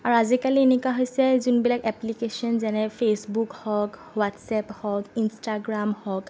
আৰু আজিকালি এনেকুৱা হৈছে যোনবিলাক এপ্লিকেচন যেনে ফেচবুক হওঁক হোৱাটছআপ হওঁক ইনষ্টাগ্ৰাম হওঁক